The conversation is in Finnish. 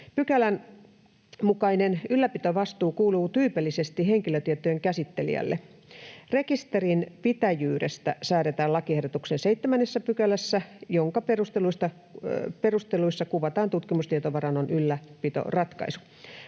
Pykälän mukainen ylläpitovastuu kuuluu tyypillisesti henkilötietojen käsittelijälle. Rekisterinpitäjyydestä säädetään lakiehdotuksen 7 §:ssä, jonka perusteluissa kuvataan tutkimustietovarannon ylläpitoratkaisu.